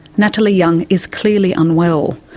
natalie young is clearly unwell.